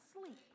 sleep